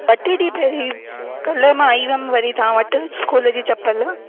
ॿ टे ॾींहं पहिरीं कल्ह मां आई हुयमि वरी तव्हां वटि स्कूल जी चपल लाइ